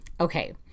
okay